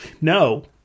no